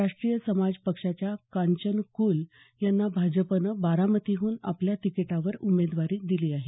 राष्ट्रीय समाज पक्षाच्या कांचन कुल यांना भाजपनं बारामतीहून आपल्या तिकीटावर उमेदवारी दिली आहे